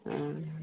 हँ